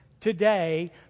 today